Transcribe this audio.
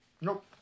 Nope